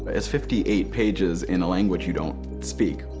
it's fifty eight pages in a language you don't speak.